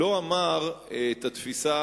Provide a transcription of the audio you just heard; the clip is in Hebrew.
לא אמר את התפיסה